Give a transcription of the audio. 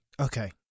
Okay